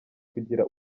kugira